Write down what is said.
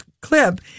clip